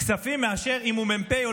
כספים מאשר אם הוא מ"פ.